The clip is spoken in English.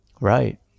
Right